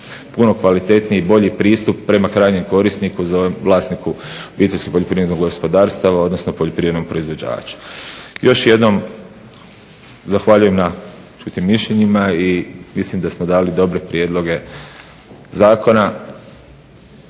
puno kvalitetniji i bolji pristup prema krajnjem korisniku …/Ne razumije se./… vlasniku obiteljskog poljoprivrednog gospodarstva, odnosno poljoprivrednom proizvođaču. Još jednom zahvaljujem na čutim mišljenjima i mislim da smo dali dobre prijedloge zakona.